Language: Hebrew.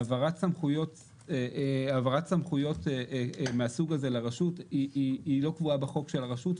והעברת סמכויות מהסוג הזה לרשות היא לא קבועה בחוק של הרשות,